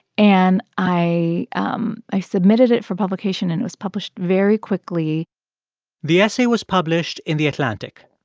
and i um i submitted it for publication, and it was published very quickly the essay was published in the atlantic.